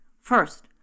First